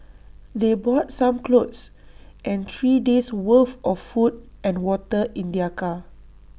they brought some clothes and three days' worth of food and water in their car